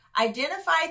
identify